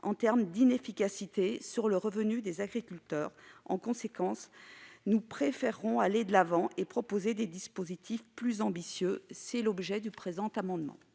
en termes d'inefficacité sur le revenu des agriculteurs. En conséquence, nous préférons aller de l'avant et proposer des dispositifs plus ambitieux. Les deux amendements